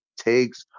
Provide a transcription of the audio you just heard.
takes